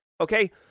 okay